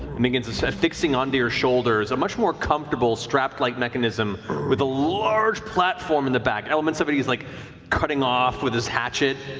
and begins so affixing onto your shoulders, a much more comfortable strapped like mechanism with a large platform in the back, elements but he's like cutting off with his hatchet,